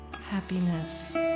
happiness